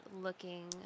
looking